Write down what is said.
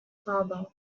father